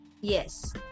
Yes